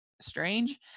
strange